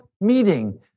meeting